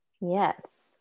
Yes